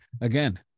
again